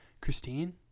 Christine